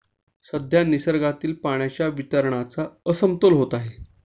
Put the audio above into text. सध्या निसर्गातील पाण्याच्या वितरणाचा असमतोल होत आहे